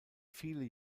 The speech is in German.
viele